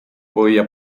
podía